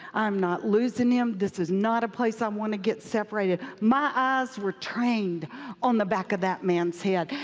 i'm not losing him. this is not a place i um want to get separated. my eyes were trained on the back of that man's head.